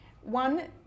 One